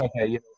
okay